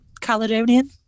Caledonian